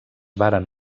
varen